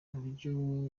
buryo